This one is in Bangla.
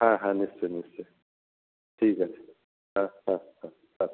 হ্যাঁ হ্যাঁ নিশ্চই নিশ্চই ঠিক আছে হ্যাঁ হ্যাঁ হ্যাঁ রাখছি